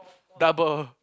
double